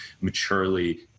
maturely